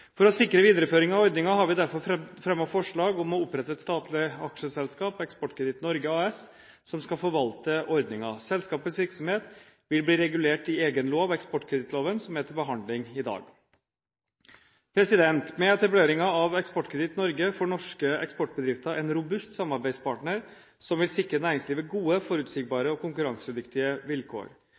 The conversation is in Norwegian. For å sikre videreføring av ordningen har vi derfor fremmet forslag om å opprette et statlig aksjeselskap, Eksportkreditt Norge AS, som skal forvalte ordningen. Selskapets virksomhet vil bli regulert i egen lov, eksportkredittloven, som er til behandling i dag. Med etableringen av Eksportkreditt Norge får norske eksportbedrifter en robust samarbeidspartner, som vil sikre næringslivet gode, forutsigbare og konkurransedyktige vilkår.